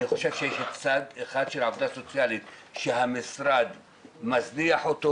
יש צד אחד של העבודה הסוציאלית שהמשרד מזניח או